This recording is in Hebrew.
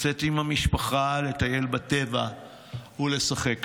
לצאת עם המשפחה, לטייל בטבע ולשחק כדורסל.